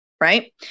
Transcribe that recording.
right